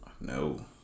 No